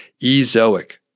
eZoic